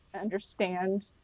understand